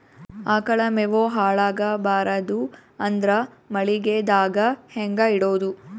ಆಕಳ ಮೆವೊ ಹಾಳ ಆಗಬಾರದು ಅಂದ್ರ ಮಳಿಗೆದಾಗ ಹೆಂಗ ಇಡೊದೊ?